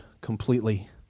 completely